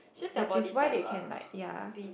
which is why they can like ya